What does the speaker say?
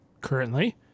currently